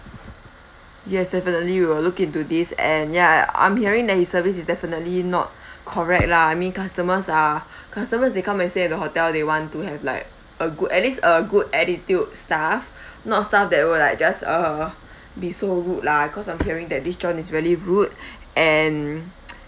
yes definitely we will look into this and ya I'm hearing that his service is definitely not correct lah I mean customers are customers they come and stay at the hotel they want to have like a good at least a good attitude staff not staff that will like just uh be so rude lah cause I'm hearing that this john is really rude and